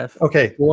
Okay